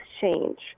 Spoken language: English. change